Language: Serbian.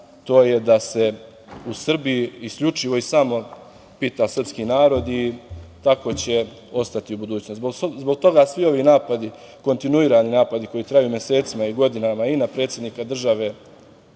to je da se u Srbiji isključivo i samo pita srpski narod i tako će ostati u budućnosti. Zbog toga svi ovi kontinuirani napada koji traju mesecima i godinama i na predsednika države